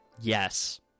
Yes